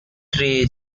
tree